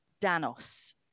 Danos